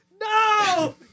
no